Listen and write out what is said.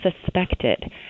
suspected